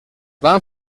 van